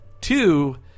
Two